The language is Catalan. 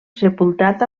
sepultat